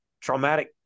traumatic